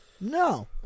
No